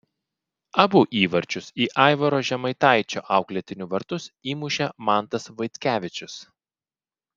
abu įvarčius į aivaro žemaitaičio auklėtinių vartus įmušė mantas vaitkevičius